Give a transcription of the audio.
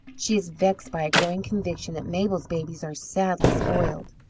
she is vexed by a growing conviction that mabel's babies are sadly spoiled.